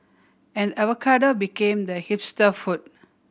and avocado became the hipster food